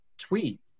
tweet